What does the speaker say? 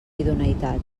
idoneïtat